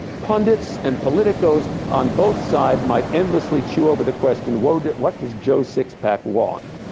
pundits and politicos on both sides might endlessly chew over the question, what what does joe sixpack want?